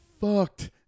fucked